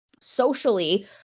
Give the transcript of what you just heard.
socially